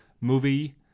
movie